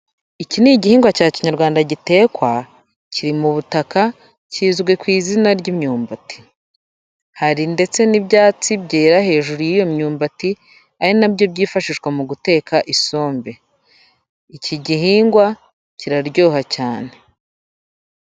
Iki ni igihingwa cya kinyarwanda gitekwa, kiri mu butaka, kizwi ku izina ry'imyumbati. Hari ndetse n'ibyatsi byera hejuru y'iyo myumbati, ari na byo byifashishwa mu guteka isombe. Iki gihingwa kiraryoha cyane.